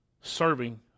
serving